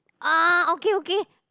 ah okay okay